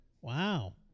Wow